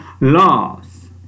laws